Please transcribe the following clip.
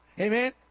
Amen